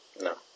No